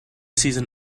season